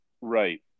right